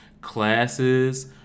classes